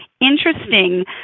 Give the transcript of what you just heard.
interesting